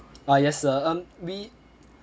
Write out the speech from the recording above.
ah yes sir um we